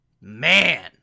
Man